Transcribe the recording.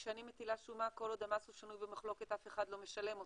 כשאני מטילה שומה כל עוד המס הוא שנוי במחלוקת אף אחד לא משלם אותו,